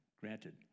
granted